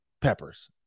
Peppers